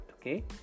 okay